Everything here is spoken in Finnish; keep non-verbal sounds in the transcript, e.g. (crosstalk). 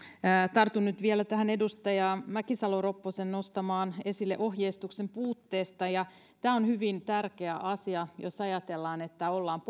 tartun nyt vielä tähän edustaja mäkisalo ropposen esille nostamaan asiaan ohjeistuksen puutteesta tämä on hyvin tärkeä asia jos ajatellaan että ollaan (unintelligible)